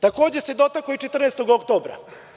Takođe se dotakao i „14. oktobra“